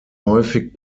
häufig